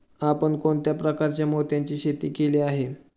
आपण कोणत्या प्रकारच्या मोत्यांची शेती केली आहे?